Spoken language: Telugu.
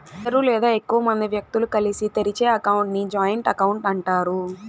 ఇద్దరు లేదా ఎక్కువ మంది వ్యక్తులు కలిసి తెరిచే అకౌంట్ ని జాయింట్ అకౌంట్ అంటారు